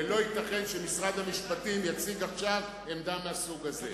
ולא ייתכן שמשרד המשפטים יציג עכשיו עמדה מהסוג הזה.